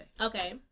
Okay